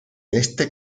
este